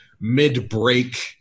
mid-break